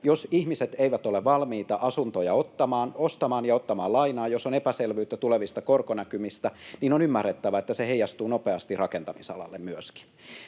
jos ihmiset eivät ole valmiita asuntoja ostamaan ja ottamaan lainaa, jos on epäselvyyttä tulevista korkonäkymistä, on ymmärrettävää, että se heijastuu nopeasti myöskin rakentamisalalle.